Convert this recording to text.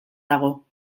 dago